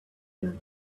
you